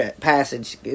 passage